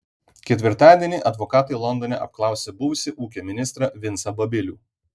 ketvirtadienį advokatai londone apklausė buvusį ūkio ministrą vincą babilių